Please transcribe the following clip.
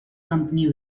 company